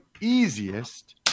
easiest